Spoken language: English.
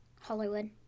Hollywood